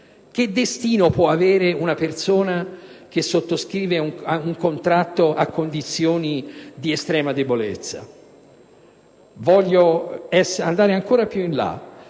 Che destino può avere una persona che sottoscrive un contratto in condizioni di estrema debolezza? Per spingermi ancora oltre, in